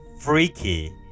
freaky